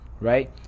right